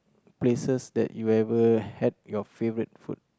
places that you ever had your favourite food